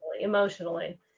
emotionally